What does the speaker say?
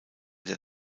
der